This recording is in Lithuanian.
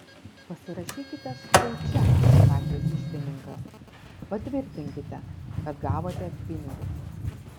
pasirašykite štai čia pasakė iždininkas patvirtinkite kad gavote pinigus